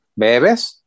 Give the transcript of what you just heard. Bebes